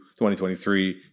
2023